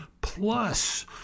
plus